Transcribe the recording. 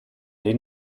die